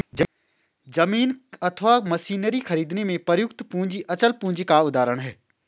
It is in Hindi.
जमीन अथवा मशीनरी खरीदने में प्रयुक्त पूंजी अचल पूंजी का उदाहरण है